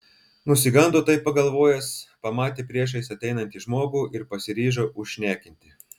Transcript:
nusigando taip pagalvojęs pamatė priešais ateinanti žmogų ir pasiryžo užšnekinti